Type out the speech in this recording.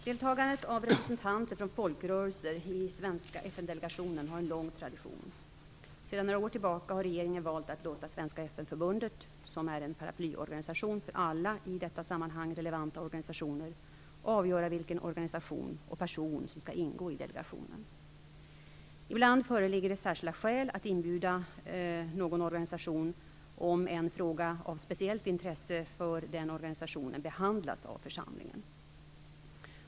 Deltagandet av representanter från folkrörelser i svenska FN-delegationen har en lång tradition. Sedan några år tillbaka har regeringen valt att låta Svenska FN-förbundet, som är en paraplyorganisation för alla i detta sammanhang relevanta organisationer, avgöra vilken organisation och person som skall ingå i delegationen. Ibland föreligger det särskilda skäl att bjuda in någon organisation om en fråga av speciellt intresse för den organisationen behandlas av församlingen.